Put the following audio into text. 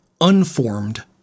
unformed